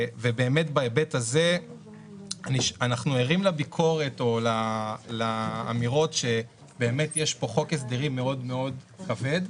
בהיבט הזה אנחנו ערים לביקורת או לאמירות שיש פה חוק הסדרים כבד מאוד.